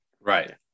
Right